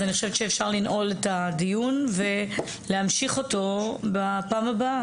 אז אני חושבת שאפשר לנעול את הדיון ולהמשיך אותו בפעם הבאה.